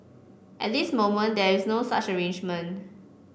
at this moment there is no such arrangement